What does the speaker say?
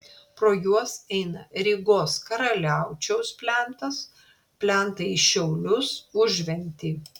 pro juos eina rygos karaliaučiaus plentas plentai į šiaulius užventį